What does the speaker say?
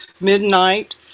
midnight